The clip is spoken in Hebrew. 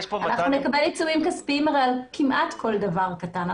אנחנו נקבל עיצומים כספיים כמעט על כל דבר קטן.